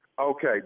Okay